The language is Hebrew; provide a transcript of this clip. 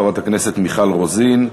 חברת הכנסת מיכל רוזין,